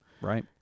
Right